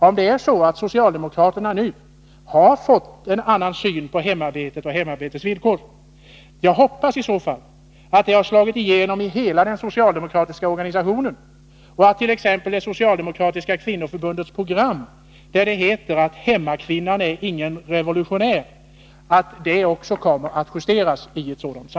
Om socialdemokraterna nu har fått en annan syn på hemarbetet och dess villkor, hoppas jag att det slår igenom i hela den socialdemokratiska organisationen, så att t.ex. det socialdemokratiska kvinnoförbundets program — där det heter att hemmakvinnan inte är någon revolutionär — kommer att justeras.